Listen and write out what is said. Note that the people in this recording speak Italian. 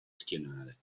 schienale